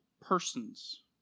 persons